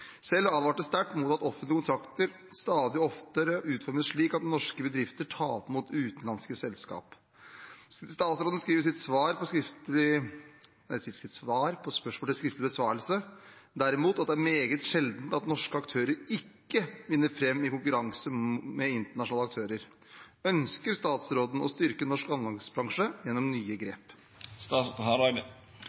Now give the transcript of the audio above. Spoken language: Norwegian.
selv advarer sterkt mot at offentlige kontrakter stadig oftere utformes slik at norske bedrifter taper mot utenlandske selskap. Statsråden skriver i sitt svar på spørsmål til skriftlig besvarelse nr.1353 derimot at: « det er meget sjelden at norske aktører ikke vinner frem i konkurranse med internasjonale aktører». Ønsker statsråden å styrke norsk anleggsbransje gjennom nye grep?»